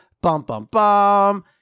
Bum-bum-bum